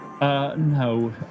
no